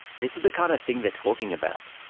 this is the kind of thing they are talking about.